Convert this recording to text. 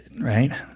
right